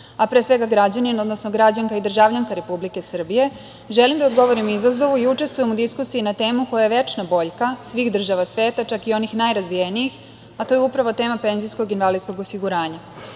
a pre svega građanin, odnosno građanka i državljanka Republike Srbije želim da odgovorim izazovu i učestvujem u diskusiji na temu koja je večna boljka svih država sveta, čak i onih najrazvijenijih, a to je upravo tema penzijskog i invalidskog osiguranja. Ovo